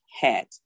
hat